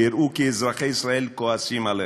שהראו כי אזרחי ישראל כועסים עליך,